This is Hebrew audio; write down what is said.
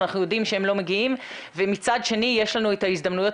אנחנו יודעים שהם לא מגיעים ומצד שני יש לנו את ההזדמנויות